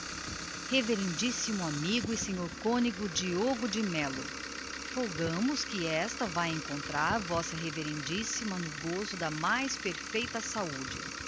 janeiro revmo amigo e sr cônego diogo de melo folgamos que esta vá encontrar v revma no gozo da mais perfeita saúde